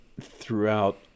throughout